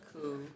Cool